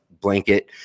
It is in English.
blanket